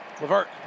LeVert